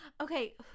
okay